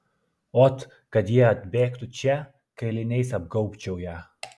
ot kad ji atbėgtų čia kailiniais apgaubčiau ją